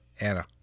Anna